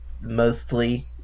mostly